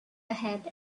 ahead